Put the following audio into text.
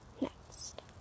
Next